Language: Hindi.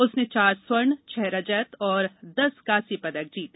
उसने चार स्वर्ण छह रजत और दस कांस्य पदक जीते